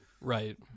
right